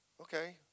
Okay